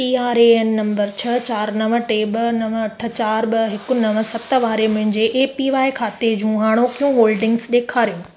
PRAN number छह चारि नव टे ॿ नव अठ चार ॿ हिक नव सत वारे मुंहिंजे ऐपीवाय खाते जूं हाणोकियूं होल्डिंगस ॾेखारियो